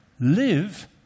live